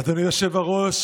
אדוני היושב-ראש,